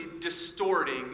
distorting